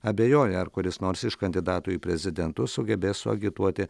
abejoja ar kuris nors iš kandidatų į prezidentus sugebės suagituoti